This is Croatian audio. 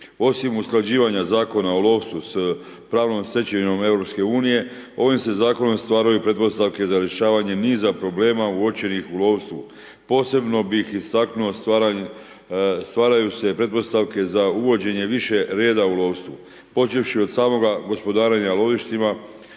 Osim usklađivanja Zakona o lovstvu s pravnom stečevinom EU-a, ovim se zakonom stvaraju pretpostavke za rješavanjem niza problema uočenih u lovstvu. Posebno bih istaknuo, stvaraju se pretpostavke za uvođenje više reda u lovstvu počevši od samoga gospodarenja lovištima